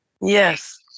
Yes